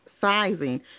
sizing